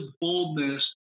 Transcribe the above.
boldness